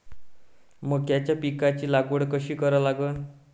मक्याच्या पिकाची लागवड कशी करा लागन?